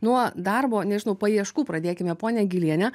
nuo darbo nežinau paieškų pradėkime ponia giliene